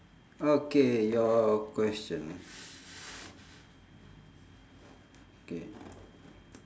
okay your question K